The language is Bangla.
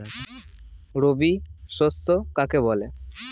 রবি শস্য কাকে বলে?